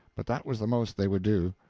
but that was the most they would do.